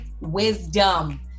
wisdom